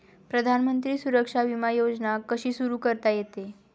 प्रधानमंत्री सुरक्षा विमा योजना कशी सुरू करता येते?